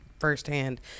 firsthand